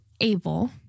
able